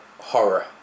horror